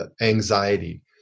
anxiety